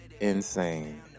insane